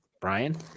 Brian